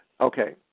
Okay